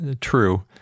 true